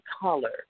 color